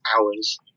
hours